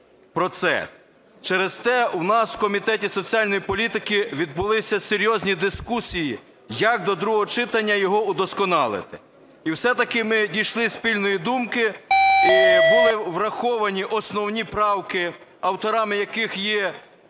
процес. Через те у нас в Комітеті соціальної політики відбулися серйозні дискусії, як до другого читання його удосконалити. І все-таки ми дійшли спільної думки, і були враховані основні правки, авторами яких є